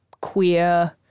queer